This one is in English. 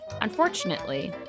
Unfortunately